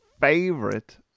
favorite